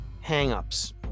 Hang-ups